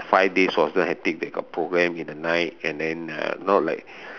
five days wasn't hectic they got programs in the night and then uh not like